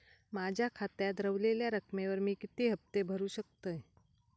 माझ्या खात्यात रव्हलेल्या रकमेवर मी किती हफ्ते भरू शकतय?